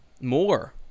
More